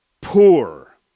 Poor